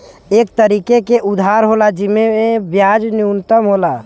एक तरीके के उधार होला जिम्मे ब्याज न्यूनतम होला